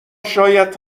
شاید